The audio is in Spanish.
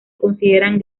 consideran